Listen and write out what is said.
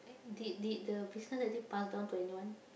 did did the business actually pass down to anyone